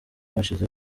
hashize